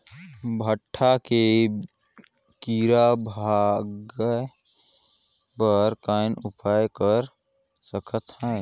भांटा के कीरा भगाय बर कौन उपाय कर सकथव?